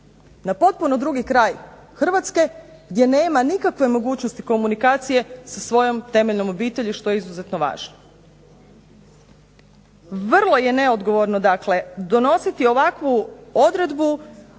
Na potpuno drugi kraj Hrvatske gdje nema nikakve mogućnosti komunikacije sa svojom temeljnom obitelji što je izuzetno važno. Vrlo je neodgovorno dakle donositi ovakvu odredbu